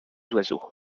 oiseaux